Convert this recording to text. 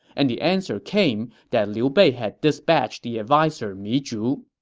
and the answer came that liu bei had dispatched the adviser mi zhu.